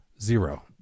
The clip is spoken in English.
Zero